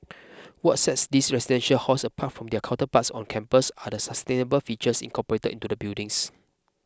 what sets these residential halls apart from their counterparts on campus are the sustainable features incorporated into the buildings